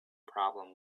problem